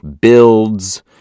builds